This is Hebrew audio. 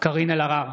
קארין אלהרר,